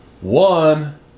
one